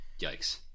yikes